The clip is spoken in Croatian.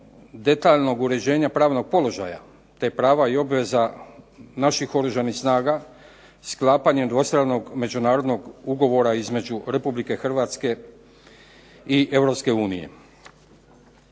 detaljnog uređenja pravnog položaja, te prava i obveza naših Oružanih snaga, sklapanjem dvostranog međunarodnog ugovora između Republike Hrvatske i